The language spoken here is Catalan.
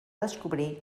descobrir